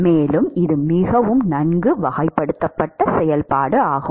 மேலும் இது மிகவும் நன்கு வகைப்படுத்தப்பட்ட செயல்பாடு ஆகும்